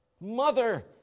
mother